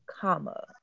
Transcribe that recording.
comma